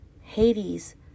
Hades